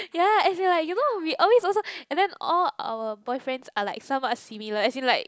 ya as in like you know we always also and then all our boyfriends are like some are similar as in like